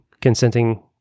consenting